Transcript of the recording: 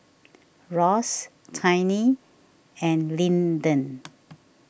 Ross Tiny and Linden